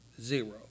Zero